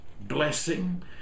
blessing